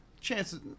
chances